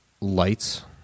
lights